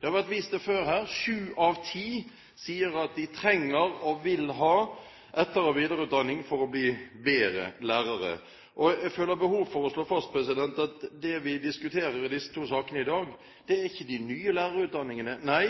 Det har vært vist til før her at sju av ti sier at de trenger og vil ha etter- og videreutdanning for å bli bedre lærere. Jeg føler behov for å slå fast at det vi diskuterer i disse to sakene i dag, er ikke de nye lærerutdanningene. Nei,